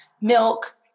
milk